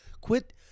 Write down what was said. quit